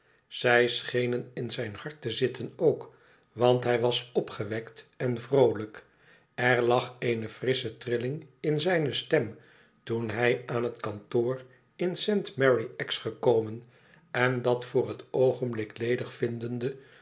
zij schenen m zijn hart te zitten ook want hij was opgewekt en vroolijk ér lag eene frissche trilling in zijne stem toen hij aan het kantoor in saint mary axe gekomen en dat voor het oogenblik ledig vindende